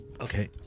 Okay